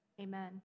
Amen